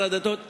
שר הדתות,